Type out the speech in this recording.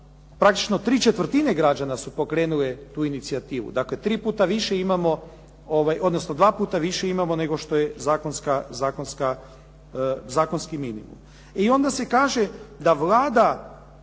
praktično tri četvrtine građana su pokrenule tu inicijativu, dakle tri puta više, odnosno dva puta više imamo nego što je zakonski minimum. I onda se kaže da će Vlada